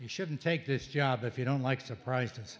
you shouldn't take this job if you don't like surprises